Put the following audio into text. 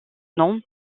nom